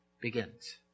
begins